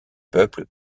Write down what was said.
peuples